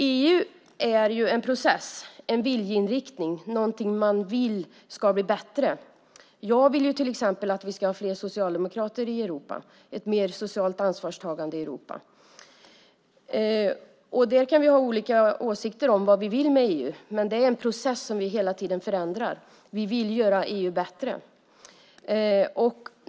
EU är ju en process, en viljeinriktning - något man vill ska bli bättre. Jag vill till exempel att vi ska ha fler socialdemokrater i Europa och mer socialt ansvarstagande. Vi kan ha olika åsikter om vad vi vill med EU, men det är en process som vi hela tiden förändrar. Vi vill göra EU bättre.